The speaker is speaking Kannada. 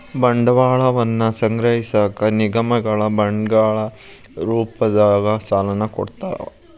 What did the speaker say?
ಬಂಡವಾಳವನ್ನ ಸಂಗ್ರಹಿಸಕ ನಿಗಮಗಳ ಬಾಂಡ್ಗಳ ರೂಪದಾಗ ಸಾಲನ ಕೊಡ್ತಾವ